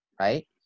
right